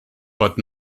but